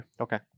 Okay